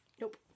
Nope